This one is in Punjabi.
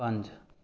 ਪੰਜ